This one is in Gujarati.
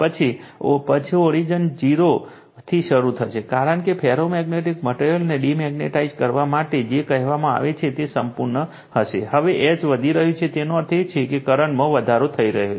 પછીઓરિજીન 0 થી શરૂ થશે કારણ કે ફેરોમેગ્નેટિક મટેરીઅલને ડિમેગ્નેટાઇઝ કરવા માટે જે કહેવામાં આવે છે તે સંપૂર્ણ છે હવે H વધી રહ્યું છે તેનો અર્થ એ છે કે કરંટમાં વધારો થઈ રહ્યો છે